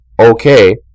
okay